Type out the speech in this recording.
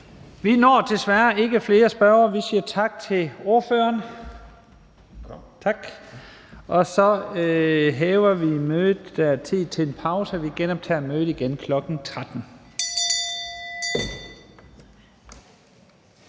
Vi når desværre ikke flere spørgere. Vi siger tak til ordføreren, og så er det tid til en pause. Vi genoptager mødet kl. 13.00.